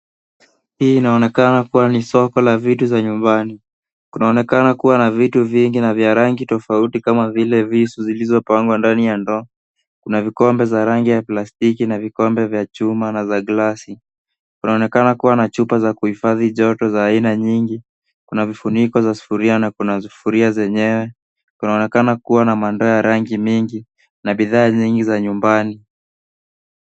Hii inaonekana kuwa ni soko la vitu za nyumbani. Kunaonekana kuwa na vitu vingi na vya rangi tofauti kama vile visu vilivyopangwa ndani ya ndoo. Kuna vikombe vya rangi ya plastiki na vikombe vya chuma na za glasi. Kunaonekana kuwa na chupa za kuhifadhi joto za aina nyingi, kuna vifuniko vya sufuria na kuna sufuria zenyewe. Kunaonekana kuwa na mandoo ya rangi mingi na bidhaa nyingi za nyumbani.